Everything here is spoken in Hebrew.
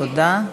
תודה.